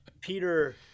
Peter